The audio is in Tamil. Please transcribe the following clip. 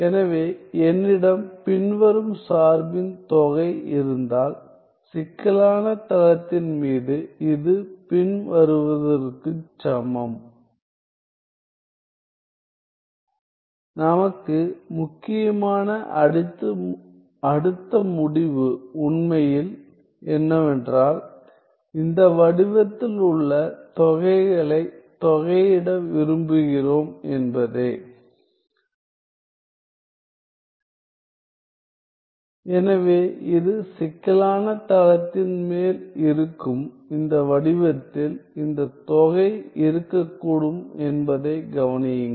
எனவே என்னிடம் பின்வரும் சார்பின் தொகை இருந்தால் சிக்கலான தளத்தின் மீது இது பின்வருவதற்குச் சமம் நமக்கு முக்கியமான அடுத்த முடிவு உண்மையில் என்னவென்றால் இந்த வடிவத்தில் உள்ள தொகைகளைத் தொகையிட விரும்புகிறோம் என்பதே எனவே இது சிக்கலான தளத்தின் மேல் இருக்கும் இந்த வடிவத்தில் இந்த தொகை இருக்கக்கூடும் என்பதை கவனியுங்கள்